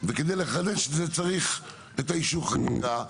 וכדי לחדש צריך את אישור החקיקה.